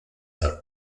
are